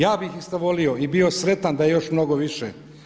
Ja bih isto volio i bio sretan da je još mnogo više.